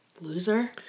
Loser